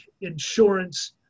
insurance